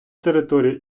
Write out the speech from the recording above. територія